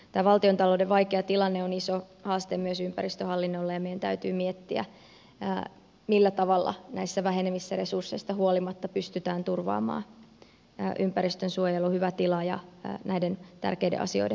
tämä valtiontalouden vaikea tilanne on iso haaste myös ympäristöhallinnolle ja meidän täytyy miettiä millä tavalla näistä vähenevistä resursseista huolimatta pystytään turvaamaan ympäristönsuojelun hyvä tila ja näiden tärkeiden asioiden edistäminen